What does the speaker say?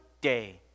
day